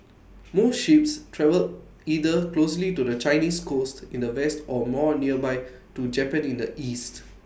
most ships travel either closer to the Chinese coast in the west or more nearby to Japan in the east